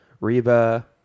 Reba